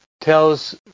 tells